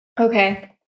Okay